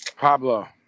Pablo